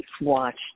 watched